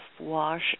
wash